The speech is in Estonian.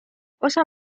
osa